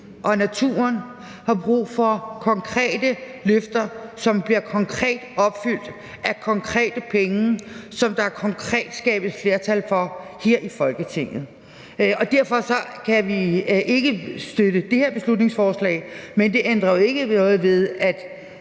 naturen har brug for konkrete løfter, som bliver konkret opfyldt af konkrete penge, som der konkret skabes flertal for her i Folketinget. Derfor kan vi ikke støtte det her beslutningsforslag, men det ændrer ikke ved, at